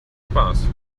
spaß